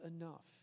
enough